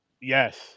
Yes